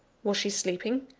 was she sleeping?